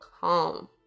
calm